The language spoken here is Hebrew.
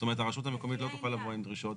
זאת אומרת, הרשות המקומית לא תוכל לבוא עם דרישות